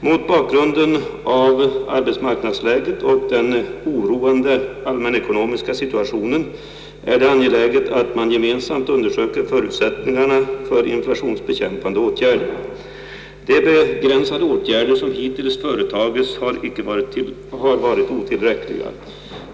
Mot bakgrunden av arbetsmarknadsläget och den oroande allmänekonomiska situationen är det angeläget att man gemensamt undersöker förutsättningarna för inflationsbekämpande åtgärder. De begränsade åtgärder som hittills företagits har varit otillräckliga.